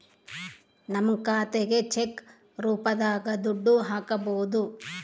ನಮ್ ಖಾತೆಗೆ ಚೆಕ್ ರೂಪದಾಗ ದುಡ್ಡು ಹಕ್ಬೋದು